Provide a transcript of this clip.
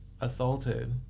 assaulted